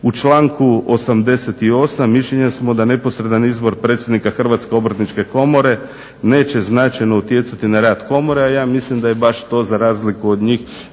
U članku 88. mišljenja smo da neposredan izbor predsjednika HOK-a neće značajno utjecati na rad komore a ja mislim da je baš to za razliku od njih